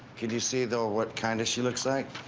can you see, though what kind of she looks like?